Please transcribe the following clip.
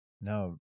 no